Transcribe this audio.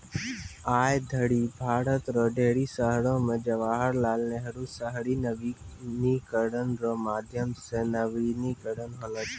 आय धरि भारत रो ढेरी शहरो मे जवाहर लाल नेहरू शहरी नवीनीकरण रो माध्यम से नवीनीकरण होलौ छै